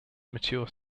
mature